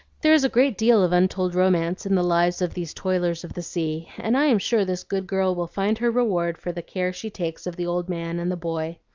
there is a great deal of untold romance in the lives of these toilers of the sea, and i am sure this good girl will find her reward for the care she takes of the old man and the boy.